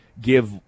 give